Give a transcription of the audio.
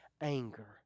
anger